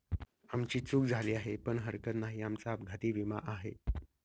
आमची चूक झाली आहे पण हरकत नाही, आमचा अपघाती विमा आहे